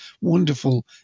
Wonderful